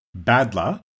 Badla